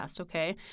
Okay